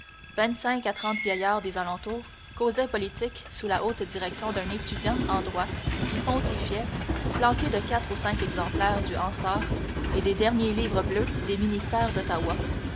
vingt-cinq à trente gaillards des alentours causaient politique sous la haute direction d'un étudiant en droit qui pontifiait flanqué de quatre ou cinq exemplaires du hansard et des derniers livres bleus des ministères d'ottawa